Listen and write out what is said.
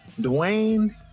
Dwayne